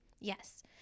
Yes